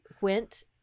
went